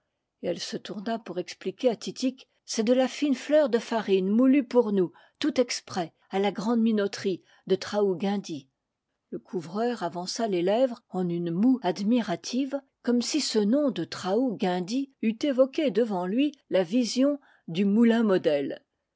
elle se tourna pour expliquer à titik c'est de la fine fleur de farine moulue pour nous tout exprès à la grande minoterie de traou guindy le couvreur avança les lèvres en une moue admirative comme si ce nom de traou guindy eût évoqué devant lui la vision du moulin modèle